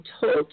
told